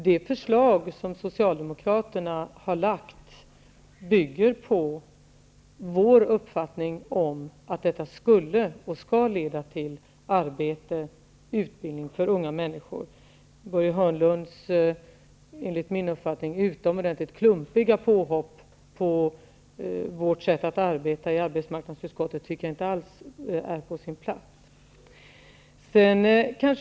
Det förslag som Socialdemokraterna har lagt fram bygger på vår uppfattning att det skall leda till arbete och utbildning för unga människor. Börje Hörnlunds enligt min uppfattning utomordentligt klumpiga påhopp på vårt sätt att arbeta i arbetsmarknadsutskottet tycker jag inte alls är på sin plats.